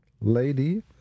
lady